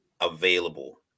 available